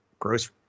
gross